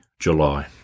July